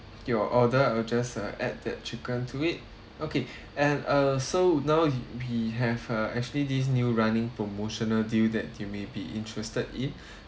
your order I'll just uh add that chicken to it okay and uh so now we have uh actually this new running promotional deal that you may be interested in